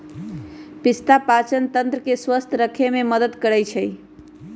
पिस्ता पाचनतंत्र के स्वस्थ रखे में मदद करई छई